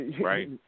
right